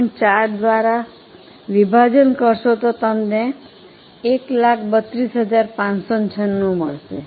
4 by દ્વારા વિભાજન કરશો તો તમને 132596 મળશે